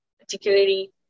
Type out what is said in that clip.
particularly